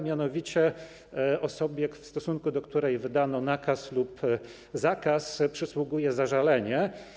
Mianowicie osobie, w stosunku do której wydano nakaz lub zakaz, przysługuje zażalenie.